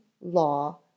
law